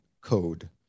code